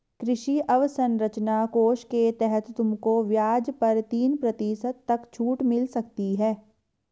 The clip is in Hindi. कृषि अवसरंचना कोष के तहत तुमको ब्याज पर तीन प्रतिशत तक छूट मिल सकती है